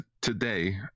today